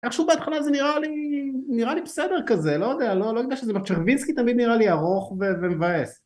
איכשהו בהתחלה זה נראה לי... נראה לי בסדר כזה, לא יודע, לא הרגשתי שזה מה ש... עכשיו לווינסקי תמיד נראה לי ארוך ומבאס.